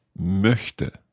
möchte